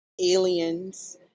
aliens